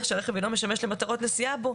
כי הרכב אינו משמש למטרות נסיעה בו",